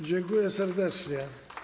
Dziękuję serdecznie.